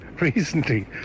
Recently